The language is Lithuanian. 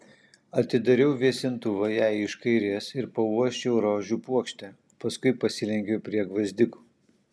atidariau vėsintuvą jai iš kairės ir pauosčiau rožių puokštę paskui pasilenkiau prie gvazdikų